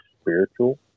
spiritual